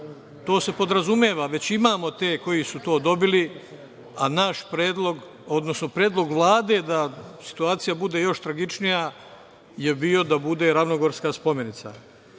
To se podrazumeva, već imamo te koji su to dobili, a naš predlog, odnosno Predlog Vlade da situacija bude još tragičnija je bio da bude „Ravnogorska spomenica“.U